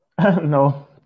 No